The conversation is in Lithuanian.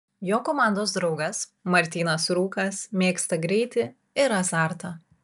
jo komandos draugas martynas rūkas mėgsta greitį ir azartą